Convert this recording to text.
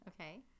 Okay